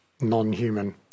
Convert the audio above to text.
Non-human